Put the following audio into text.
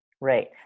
Right